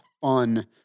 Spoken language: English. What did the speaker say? fun